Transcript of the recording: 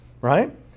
Right